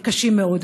קשים מאוד.